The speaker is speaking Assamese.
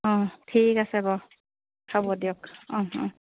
অঁ ঠিক আছে বাৰু হ'ব দিয়ক অঁ অঁ